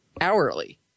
hourly